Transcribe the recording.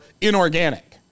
inorganic